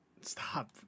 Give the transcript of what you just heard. stop